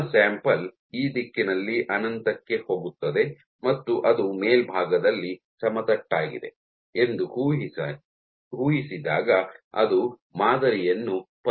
ನಿಮ್ಮ ಸ್ಯಾಂಪಲ್ ಈ ದಿಕ್ಕಿನಲ್ಲಿ ಅನಂತಕ್ಕೆ ಹೋಗುತ್ತದೆ ಮತ್ತು ಅದು ಮೇಲ್ಭಾಗದಲ್ಲಿ ಸಮತಟ್ಟಾಗಿದೆ ಎಂದು ಊಹಿಸಿದಾಗ ಅದು ಮಾದರಿಯನ್ನು ಪರಿಗಣಿಸುತ್ತದೆ